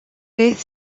beth